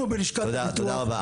תודה, תודה רבה.